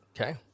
Okay